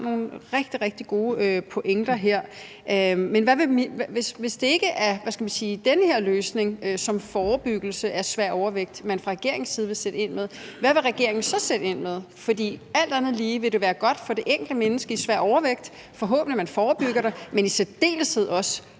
tænke mig at spørge ministeren: Hvis det ikke er den her løsning som forebyggelse af svær overvægt, man fra regeringens side vil sætte ind med, hvad vil regeringen så sætte ind med? For alt andet lige vil det være godt for det enkelte menneske med svær overvægt, at man forhåbentlig forebygger det, men det vil i særdeleshed også